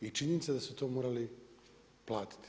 I činjenica da su to morali platiti.